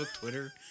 Twitter